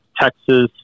Texas